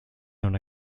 known